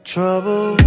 Trouble